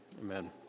amen